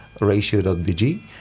ratio.bg